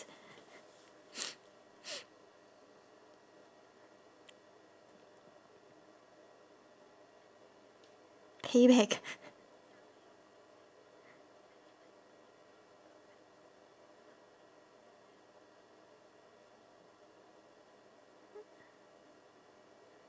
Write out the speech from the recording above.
pay back